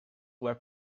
were